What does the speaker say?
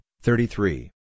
thirty-three